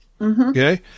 okay